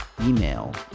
email